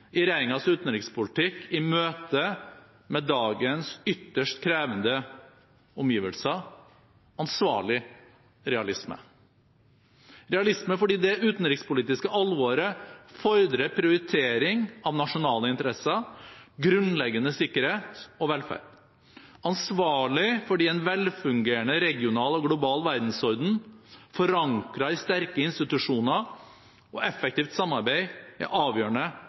i regjeringens utenrikspolitikk i møte med dagens ytterst krevende omgivelser: ansvarlig realisme – realisme fordi det utenrikspolitiske alvoret fordrer prioritering av nasjonale interesser, grunnleggende sikkerhet og velferd, ansvarlig fordi en velfungerende regional og global verdensorden forankret i sterke institusjoner og effektivt samarbeid er avgjørende